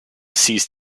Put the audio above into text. ceased